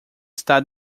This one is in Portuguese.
estar